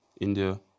India